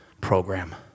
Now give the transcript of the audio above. program